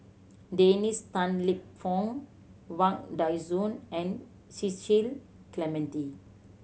Dennis Tan Lip Fong Wang Dayuan and Cecil Clementi